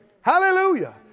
Hallelujah